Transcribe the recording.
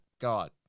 god